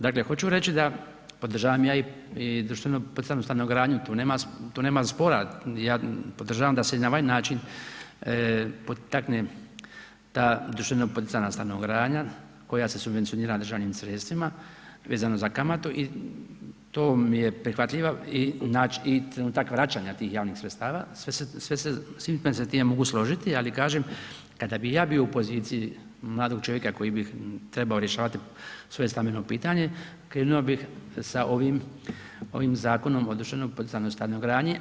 Dakle, hoću reći da podržavam ja i društveno poticajnu stanogradnju tu nema spora, ja podržavam da se i na ovaj način potakne ta društveno poticajna stanogradanja koja se subvencionira državnim sredstvima vezano za kamatu i to mi je prihvatljiva i trenutak vraćanja tih javnih sredstava sve se, sa svime se time mogu složiti ali kažem kada bi ja bio u poziciji mladog čovjeka koji bi trebao rješavati svoje stambeno pitanje krenuo bih sa ovim Zakonom o društveno poticajnoj stanogradnji.